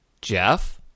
Jeff